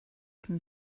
can